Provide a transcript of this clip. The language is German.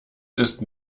ist